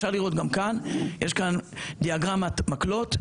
יש כאן דיאגרמת מקלות,